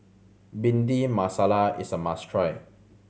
Bhindi Masala is a must try